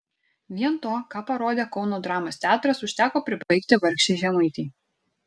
vien to ką parodė kauno dramos teatras užteko pribaigti vargšei žemaitei